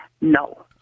no